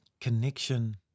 connection